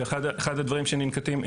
ואחד הדברים שננקטים,